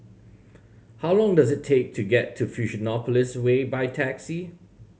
how long does it take to get to Fusionopolis Way by taxi